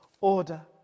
order